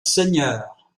seigneur